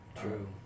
True